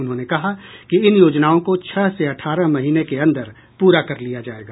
उन्होंने कहा कि इन योजनाओं को छह से अठारह महीने के अंदर पूरा कर लिया जाएगा